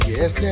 Yes